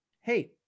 hey